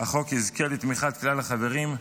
החוק יזכה לתמיכת כלל החברים.